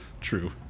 True